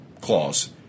clause